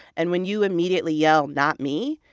and when you immediately yell not me,